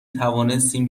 توانستیم